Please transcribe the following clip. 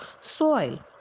soil